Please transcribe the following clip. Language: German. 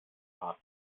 hart